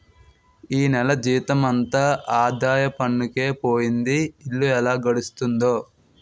ఈ నెల జీతమంతా ఆదాయ పన్నుకే పోయింది ఇల్లు ఎలా గడుస్తుందో